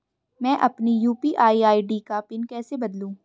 मैं अपनी UPI ID का पिन कैसे बदलूं?